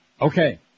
Okay